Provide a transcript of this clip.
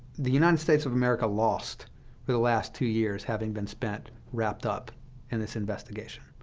the united states of america lost for the last two years having been spent wrapped up in this investigation.